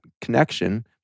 connection